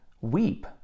Weep